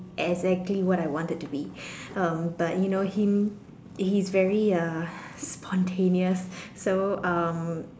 exactly what I wanted to be um but you know him he's very uh spontaneous so um